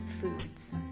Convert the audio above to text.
foods